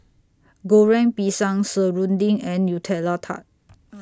Goreng Pisang Serunding and Nutella Tart